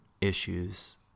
issues